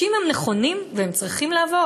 שאם זה נכון והם צריכים לעבור,